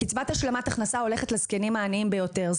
קצבת השלמת ההכנסה הולכת לזקנים העניים ביותר,